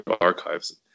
archives